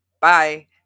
bye